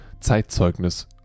Zeitzeugnis